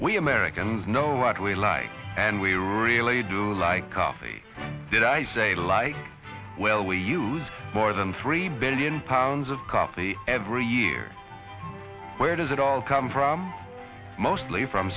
we americans know what we like and we really do like coffee did i say like well we use more than three billion pounds of coffee every year where does it all come from mostly from